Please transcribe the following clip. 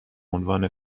عنوان